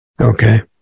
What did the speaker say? Okay